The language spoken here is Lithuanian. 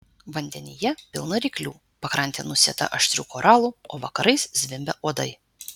vandenyje pilna ryklių pakrantė nusėta aštrių koralų o vakarais zvimbia uodai